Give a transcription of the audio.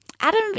Adam